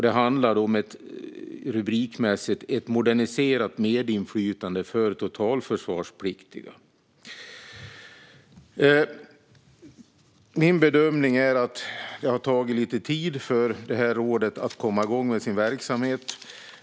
Det handlade rubrikmässigt om ett moderniserat medinflytande för totalförsvarspliktiga. Min bedömning är att det har tagit lite tid för rådet att komma igång med sin verksamhet.